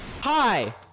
Hi